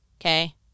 okay